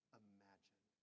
imagine